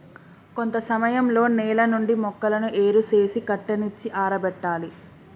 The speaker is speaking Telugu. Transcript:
కొంత సమయంలో నేల నుండి మొక్కను ఏరు సేసి కట్టనిచ్చి ఆరబెట్టాలి